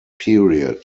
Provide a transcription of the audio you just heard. period